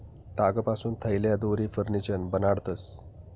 तागपासून थैल्या, दोरी, फर्निचर बनाडतंस